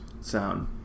sound